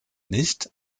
nicht